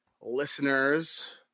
listeners